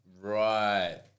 right